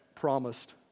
promised